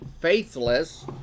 faithless